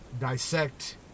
dissect